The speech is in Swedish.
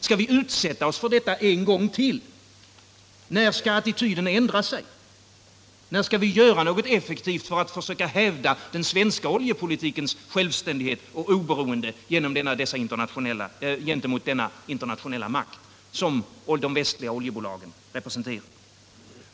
Skall vi utsätta oss för detta en gång till? När skall attityden ändras? När skall vi göra något effektivt för att försöka hävda den svenska oljepolitikens självständighet och oberoende gentemot denna internationella makt som de västliga oljebolagen representerar?